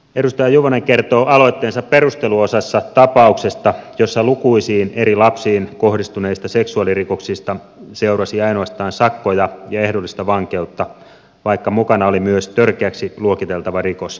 edustaja juvonen kertoo aloitteensa perusteluosassa tapauksesta jossa lukuisiin eri lapsiin kohdistuneista seksuaalirikoksista seurasi ainoastaan sakkoja ja ehdollista vankeutta vaikka mukana oli myös törkeäksi luokiteltava rikos